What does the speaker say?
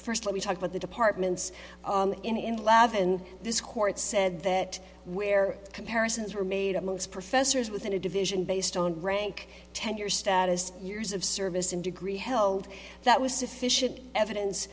first let me talk with the departments in the lab and this court said that where comparisons were made a most professors within a division based on rank tenure status years of service and degree held that was sufficient evidence